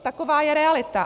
Taková je realita.